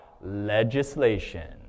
legislation